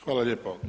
Hvala lijepo.